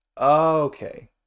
Okay